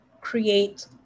create